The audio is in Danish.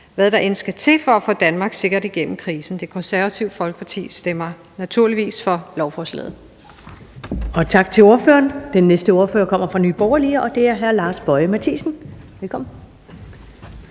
hvad der end skal til, for at få Danmark sikkert igennem krisen. Det Konservative Folkeparti stemmer naturligvis for lovforslaget. Kl. 14:12 Første næstformand (Karen Ellemann): Tak til ordføreren. Den næste ordfører kommer fra Nye Borgerlige, og det er hr. Lars Boje Mathiesen. Velkommen.